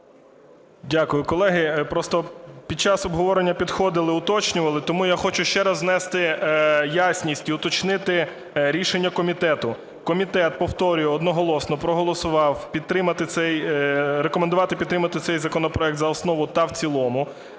Дякую, колеги. Просто під час обговорення підходили уточнювали. Тому я хочу ще раз внести ясність і уточнити рішення комітету. Комітет, повторюю, одноголосно проголосував рекомендувати підтримати цей законопроект за основу та в цілому